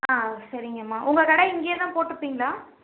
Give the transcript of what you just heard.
ஆ சரிங்கம்மா உங்க கடை இங்கையே தான் போட்ருப்பிங்ளா